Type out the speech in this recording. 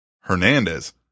Hernandez